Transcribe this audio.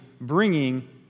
bringing